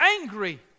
angry